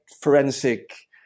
forensic